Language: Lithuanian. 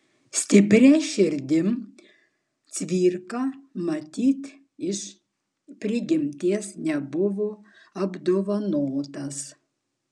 stipria širdim cvirka matyt iš prigimties nebuvo apdovanotas